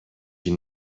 die